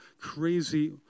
crazy